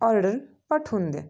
order पाठवून द्या